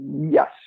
Yes